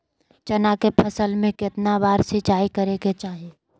चना के फसल में कितना बार सिंचाई करें के चाहि?